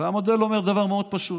המודל אומר דבר מאוד פשוט: